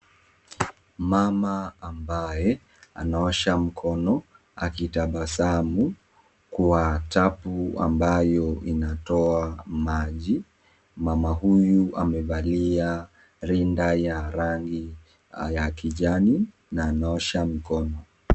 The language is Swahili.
Mama ambaye ana osha mkono akitabasamu kwa tapu ambayo ina toa maji, mama huyu amevalia rinda ya rangi ya kijani na anaosha mkono.